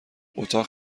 اتاق